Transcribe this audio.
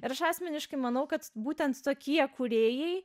ir asmeniškai manau kad būtent tokie kūrėjai